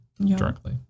directly